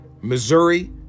Missouri